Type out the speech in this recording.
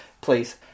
Please